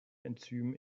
enzym